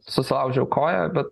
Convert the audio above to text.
susilaužiau koją bet